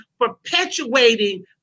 perpetuating